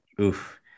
Oof